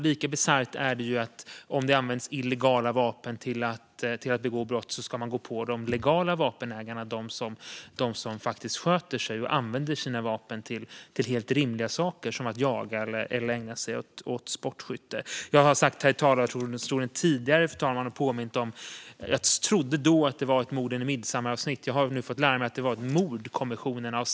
Lika bisarrt är det om det används illegala vapen till att begå brott och man därför går på de legala vapenägarna som sköter sig och använder sina vapen till helt rimliga saker som att jaga eller ägna sig åt sportskytte. Jag har tidigare här i talarstolen talat om ett mord i vad jag trodde var ett avsnitt av Morden i Midsomer , men jag har sedan dess fått lära mig att det var ett avsnitt av Mordkommissionen .